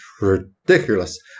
ridiculous